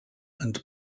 and